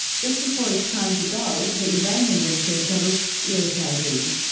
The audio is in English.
just before it's time to go, the iranian researcher looks irritated.